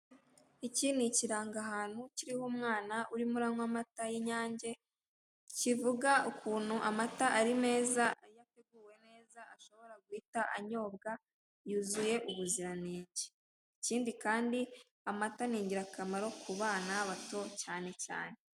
Iki ni ikirangahantu kiriho umwana urimo uranywa amata y'inyange kivuga ukuntu amata ari meza iyo ateguwe neza ashobora guhita anyobwa yuzuye ubuziranenge ikindi kandi amata ni ingirakamara ku bana bato cyane cyane.